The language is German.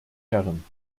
herren